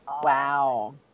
Wow